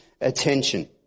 attention